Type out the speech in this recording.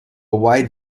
wide